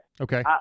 Okay